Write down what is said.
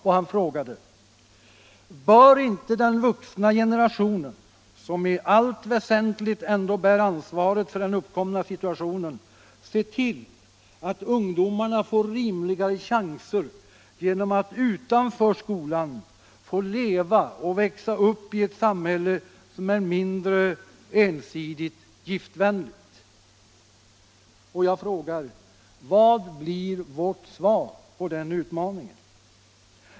Och han frågade: Bör inte den vuxna generationen, som i allt väsentligt ändå bär ansvaret för den uppkomna situationen, se till att ungdomarna får rimligare chanser genom att utanför skolan få leva och växa upp i ett samhälle som är mindre ensidigt giftvänligt? Jag frågar: Vad blir vårt svar på den utmaningen?